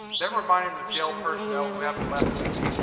never minding the jail personnel who haven't left yet,